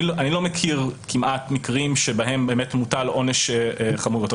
אני לא מכיר כמעט מקרים שבהם באמת מוטל עונש חמור יותר.